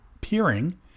peering